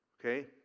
Okay